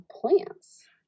plants